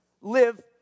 live